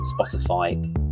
spotify